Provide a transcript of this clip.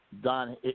Don